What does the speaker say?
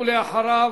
ואחריו,